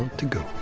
to go?